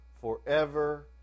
forever